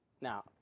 Now